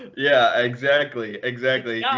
yeah, exactly. exactly.